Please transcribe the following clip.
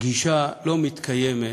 גישה לא מתקיימת